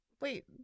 Wait